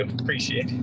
Appreciate